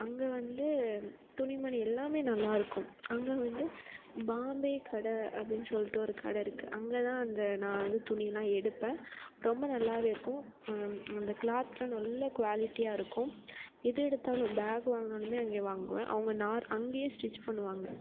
அங்கே வந்து துணிமணி எல்லாமே நல்லாயிருக்கும் அங்கே வந்து பாம்பே கடை அப்படின்னு சொல்லிட்டு ஒரு கடை இருக்குது அங்கே தான் அந்த நான் வந்து துணியெல்லாம் எடுப்பேன் ரொம்ப நல்லாவே இருக்கும் அந்த க்ளாத்தெலாம் நல்லா குவாலிட்டியாக இருக்கும் எது எடுத்தாலும் பேக் வாங்கினாலுமே அங்கேயே வாங்குவேன் அவங்க நார் அங்கேயே ஸ்டிச் பண்ணுவாங்க